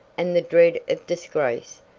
and the dread of disgrace,